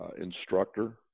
instructor